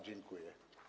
Dziękuję.